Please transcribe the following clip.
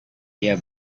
dia